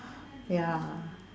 ya